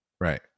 right